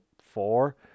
four